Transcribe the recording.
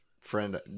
friend